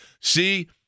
see